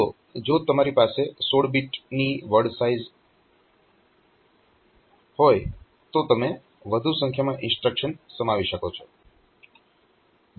તો જો તમારી પાસે 16 બીટની વર્ડ સાઈઝ હોય તો તમે વધુ સંખ્યામાં ઇન્સ્ટ્રક્શન્સ સમાવી શકો છો